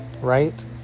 Right